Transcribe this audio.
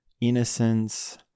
innocence